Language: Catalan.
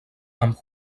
amb